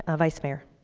ah vice mayor.